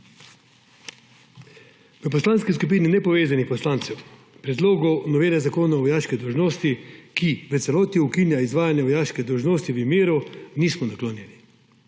V Poslanski skupini nepovezanih poslancev predlogu novele Zakona o vojaški dolžnosti, ki v celoti ukinja izvajanje vojaške dolžnosti v miru, nismo naklonjeni.